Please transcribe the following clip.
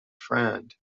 friend